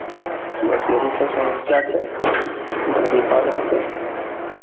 बस यहीसभ समस्या छै मुरगी पालनके